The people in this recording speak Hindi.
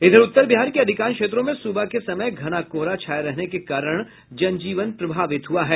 इधर उत्तर बिहार के अधिकांश क्षेत्रों में सुबह के समय घना कोहरा छाये रहने के कारण जनजीवन प्रभावित हुआ है